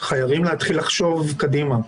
חייבים להתחיל לחשוב קדימה.